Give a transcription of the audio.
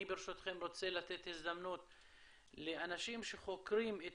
ברשותכם אני רוצה לתת הזדמנות לאנשים שחוקרים את